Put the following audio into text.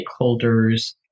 stakeholders